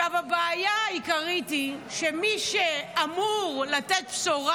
הבעיה העיקרית היא שמי שאמור לתת בשורה